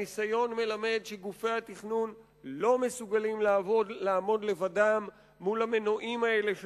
הניסיון מלמד שגופי התכנון לא מסוגלים לעמוד לבדם מול המנועים האלה של